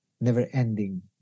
never-ending